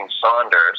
Saunders